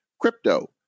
crypto